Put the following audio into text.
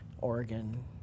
Oregon